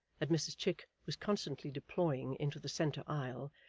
that mrs chick was constantly deploying into the centre aisle,